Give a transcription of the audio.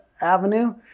avenue